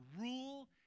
Rule